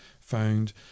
found